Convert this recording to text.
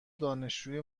دانشجوی